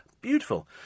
beautiful